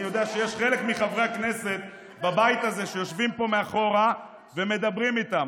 אני יודע שיש חלק מחברי הכנסת בבית הזה שיושבים פה מאחורה ומדברים איתם.